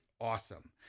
awesome